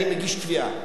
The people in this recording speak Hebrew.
אני מגיש תביעה.